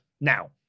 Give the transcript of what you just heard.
now